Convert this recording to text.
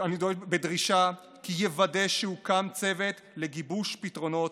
בדרישה כי יוודא שהוקם צוות לגיבוש פתרונות,